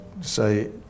say